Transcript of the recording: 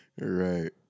Right